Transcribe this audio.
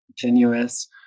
continuous